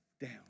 down